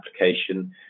application